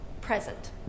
present